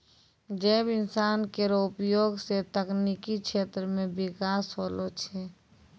जैव इंधन केरो प्रयोग सँ तकनीकी क्षेत्र म बिकास होलै